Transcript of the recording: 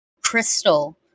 crystal